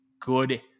good